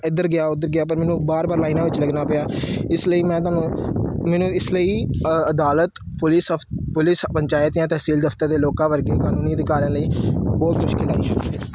ਇੱਧਰ ਗਿਆ ਉੱਧਰ ਗਿਆ ਪਰ ਮੈਨੂੰ ਵਾਰ ਵਾਰ ਲਾਈਨਾਂ ਵਿੱਚ ਲੱਗਣਾ ਪਿਆ ਇਸ ਲਈ ਮੈਂ ਤੁਹਾਨੂੰ ਮੈਨੂੰ ਇਸ ਲਈ ਅਦਾਲਤ ਪੁਲਿਸ ਅਫ ਪੁਲਿਸ ਪੰਚਾਇਤ ਜਾਂ ਤਹਿਸੀਲ ਦਫ਼ਤਰ ਦੇ ਲੋਕਾਂ ਵਰਗੇ ਕਾਨੂੰਨੀ ਅਧਿਕਾਰਾਂ ਲਈ ਬਹੁਤ ਮੁਸ਼ਕਿਲ ਆਈ ਹੈ